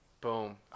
Boom